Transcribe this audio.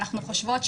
אנחנו חושבות,